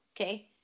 Okay